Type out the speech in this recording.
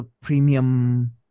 premium